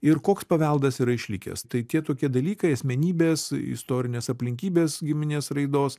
ir koks paveldas yra išlikęs tai tie tokie dalykai asmenybės istorinės aplinkybės giminės raidos